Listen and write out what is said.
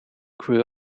grew